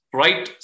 right